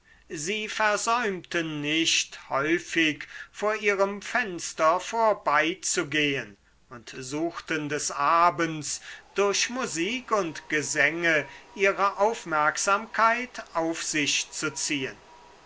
sie versäumten nicht häufig vor ihrem fenster vorbeizugehen und suchten des abends durch musik und gesänge ihre aufmerksamkeit auf sich zu ziehen